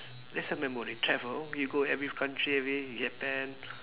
that's a memory travel you go every country every Japan